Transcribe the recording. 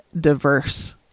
diverse